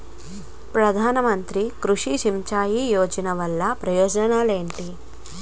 ప్రధాన మంత్రి కృషి సించాయి యోజన వల్ల లాభం ఏంటి?